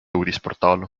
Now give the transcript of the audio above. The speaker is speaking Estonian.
uudisportaal